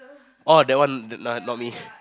orh that one no not me